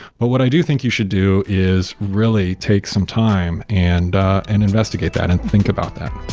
but what i do think you should do is really take some time and and investigate that and think about that